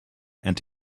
and